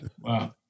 Wow